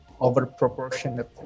overproportionate